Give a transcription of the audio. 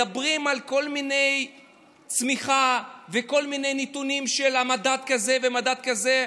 מדברים על כל מיני צמיחה וכל מיני נתונים של מדד כזה ומדד כזה.